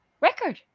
record